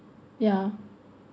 yeah